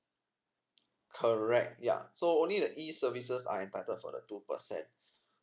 correct yeah so only the E services are entitled for the two percent